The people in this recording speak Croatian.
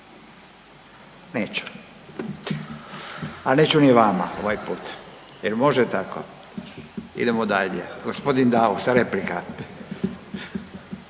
Neću, a neću ni vama ovaj put jer može tako? Idemo dalje, g. Daus replika.